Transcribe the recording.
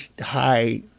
high